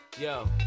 yo